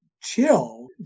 chill